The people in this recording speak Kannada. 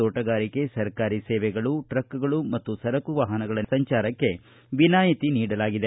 ತೋಟಗಾರಿಕೆ ಸರ್ಕಾರಿ ಸೇವೆಗಳು ಟ್ರಿಕ್ಗಳು ಮತ್ತು ಸರಕು ವಾಹನಗಳ ಸಂಚಾರಕ್ಕೆ ವಿನಾಯಿತಿ ನೀಡಲಾಗಿದೆ